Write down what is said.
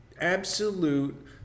absolute